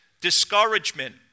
discouragement